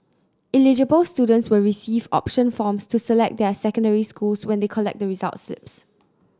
eligible students will receive option forms to select their secondary schools when they collect the results slips